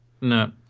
no